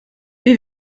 wir